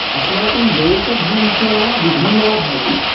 अस्माकं वेशभूषा विभिन्ना भवति